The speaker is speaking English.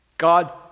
God